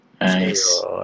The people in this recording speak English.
Nice